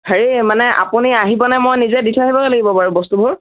হেৰি মানে আপুনি আহিবনে মই নিজে দি থৈ আহিবগৈ লাগিব বাৰু বস্তুবোৰ